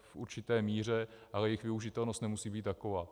v určité míře, ale jejich využitelnost nemusí být taková.